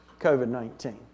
COVID-19